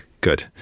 Good